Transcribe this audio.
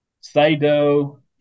Sado